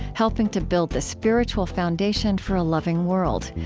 helping to build the spiritual foundation for a loving world.